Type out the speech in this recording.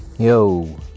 Yo